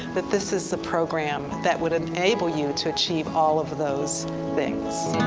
that this is a program that would enable you to achieve all of those things.